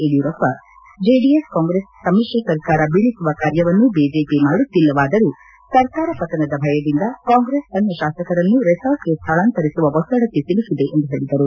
Yediyurappa JDS Congress ಸಮಿಶ್ರ ಸರ್ಕಾರ ಬೀಳಿಸುವ ಕಾರ್ಯವನ್ನು ಬಿಜೆಪಿ ಮಾಡುತ್ತಿಲ್ಲವಾದರೂ ಸರ್ಕಾರ ಪತನದ ಭಯದಿಂದ ಕಾಂಗ್ರೆಸ್ ತನ್ನ ಶಾಸಕರನ್ನು ರೆಸಾರ್ಟ್ಗೆ ಸ್ಥಳಾಂತರಿಸುವ ಒತ್ತಡಕ್ಕೆ ಸಿಲುಕಿದೆ ಎಂದು ಹೇಳಿದರು